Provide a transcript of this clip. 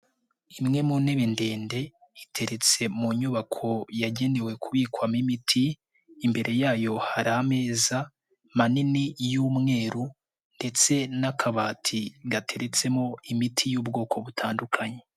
Imwe mu ntebe ndende iteretse mu nyubako yagenewe kubikwamo imiti, imbere yayo hari ameza manini y'umweru ndetse n'akabati gateretsemo imiti y'ubwoko butandukanye.